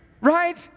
Right